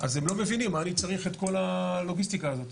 אז הם לא מבינים מה אני צריך את כל הלוגיסטיקה הזאת.